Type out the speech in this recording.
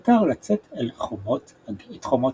הותר לצאת את חומות הגטו.